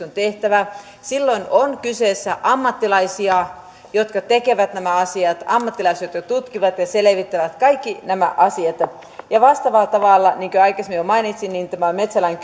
on tehtävä silloin ovat kyseessä ammattilaiset jotka tekevät nämä asiat ammattilaiset jotka tutkivat ja selvittävät kaikki nämä asiat vastaavalla tavalla niin kuin aikaisemmin jo mainitsin tämän metsälain